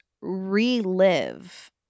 relive